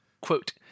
quote